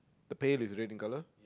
the pail is red in colour